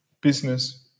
business